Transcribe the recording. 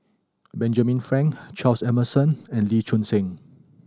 Benjamin Frank Charles Emmerson and Lee Choon Seng